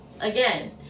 again